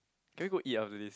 can we go eat after this